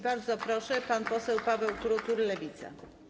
Bardzo proszę, pan poseł Paweł Krutul, Lewica.